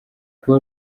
kuba